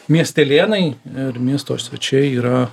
miestelėnai ir miesto svečiai yra